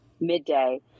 midday